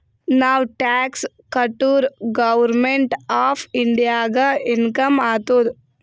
ನಾವ್ ಟ್ಯಾಕ್ಸ್ ಕಟುರ್ government of ಇಂಡಿಯಾಗ ಇನ್ಕಮ್ ಆತ್ತುದ್